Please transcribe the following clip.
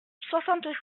soixante